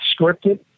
scripted